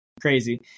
crazy